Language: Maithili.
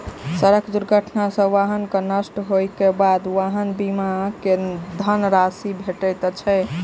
सड़क दुर्घटना सॅ वाहन के नष्ट होइ के बाद वाहन बीमा के धन राशि भेटैत अछि